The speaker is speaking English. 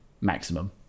Maximum